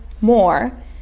more